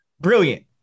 Brilliant